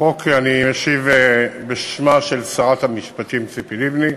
אני אשיב בשמה של שרת המשפטים ציפי לבני.